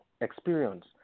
experience